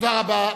תודה רבה.